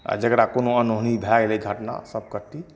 आ जेकरा कोनो अनहोनी भए गेलै घटना तब कती